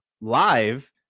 live